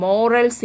Moral